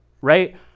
right